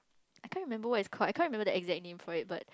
I can't remember what it's called I can't remember the exact name for it but